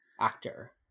Actor